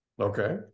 Okay